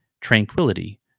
tranquility